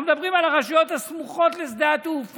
אנחנו מדברים על הרשויות הסמוכות לשדה התעופה.